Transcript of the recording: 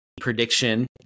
prediction